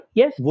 yes